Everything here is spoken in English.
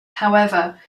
however